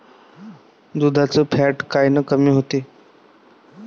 दुधाचं फॅट कायनं कमी होते?